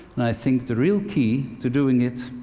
i think the real key to doing it,